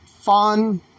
fun